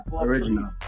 original